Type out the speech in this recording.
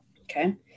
Okay